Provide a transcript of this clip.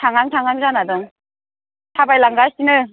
थांहां थांहां जाना दं थाबाय लांगासिनो